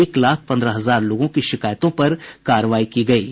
एक लाख पन्द्रह हजार लोगों की शिकायतों पर कार्रवाई की गयी है